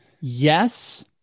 Yes